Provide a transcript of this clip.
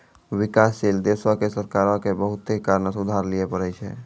विकासशील देशो के सरकारो के बहुते कारणो से उधार लिये पढ़ै छै